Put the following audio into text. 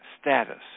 status